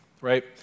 right